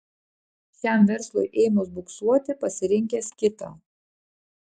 šiam verslui ėmus buksuoti pasirinkęs kitą